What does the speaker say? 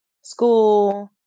school